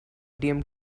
atm